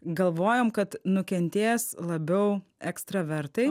galvojom kad nukentės labiau ekstravertai